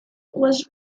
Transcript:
was